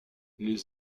les